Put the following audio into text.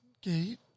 gate